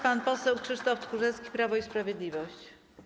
Pan poseł Krzysztof Tchórzewski, Prawo i Sprawiedliwość.